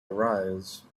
arise